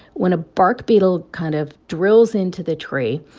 when a bark beetle kind of drills into the tree,